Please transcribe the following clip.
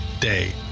Day